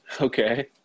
Okay